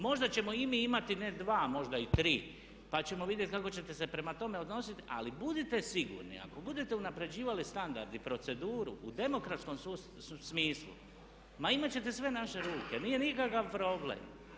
Možda ćemo i mi imati ne dva možda i tri pa ćemo vidjeti kako ćete se prema tome odnositi ali budite sigurni ako budete unapređivali standard i proceduru u demokratskom smislu ma imat ćete sve naše ruke, nije nikakav problem.